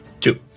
Two